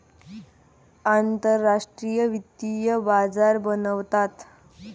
आंतरराष्ट्रीय वित्तीय बाजार बनवतात